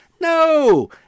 no